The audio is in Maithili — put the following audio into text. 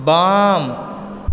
बाम